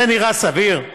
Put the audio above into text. זה נראה סביר?